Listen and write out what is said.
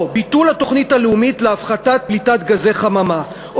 או ביטול התוכנית הלאומית להפחתת פליטת גזי חממה,